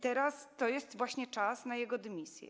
Teraz jest właśnie czas na jego dymisję.